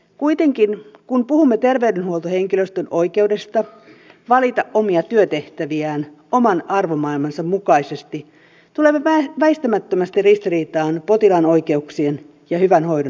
kuitenkin kun puhumme terveydenhuoltohenkilöstön oikeudesta valita omia työtehtäviään oman arvomaailmansa mukaisesti tulemme väistämättömästi ristiriitaan potilaan oikeuksien ja hyvän hoidon näkökulmasta